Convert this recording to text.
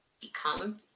become